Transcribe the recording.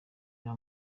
nta